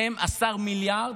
12 מיליארד,